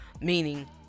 meaning